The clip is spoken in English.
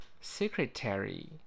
Secretary